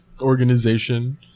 organization